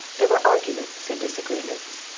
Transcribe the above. there were arguments and disagreements.